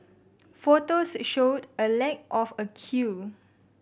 photos showed a lack of a queue